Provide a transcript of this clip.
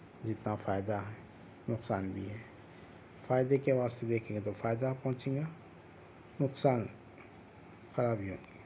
جتنا فائدہ ہے نقصان بھی ہے فائدے کے واسطے دیکھیں گے تو فائدہ پہنچیں گا نقصان خرابیوں